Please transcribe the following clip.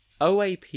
oap